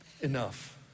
Enough